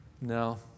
no